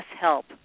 help